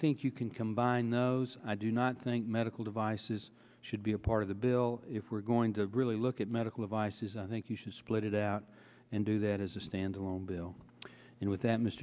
think you can combine those i do not think medical devices should be a part of the bill if we're going to really look at medical devices i think you should split it out and do that as a standalone bill and with th